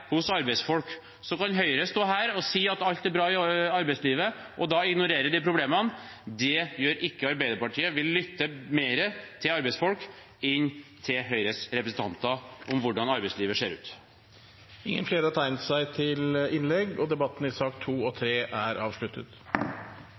hos arbeidsfolk. Så kan Høyre stå her og si at alt er bra i arbeidslivet, men da ignorerer de problemene. Det gjør ikke Arbeiderpartiet. Vi lytter mer til arbeidsfolk enn til Høyres representanter om hvordan arbeidslivet ser ut. Flere har ikke bedt om ordet til sakene nr. 2 og 3. Denne lovendringen handler om endringer i